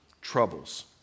troubles